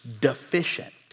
deficient